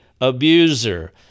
abuser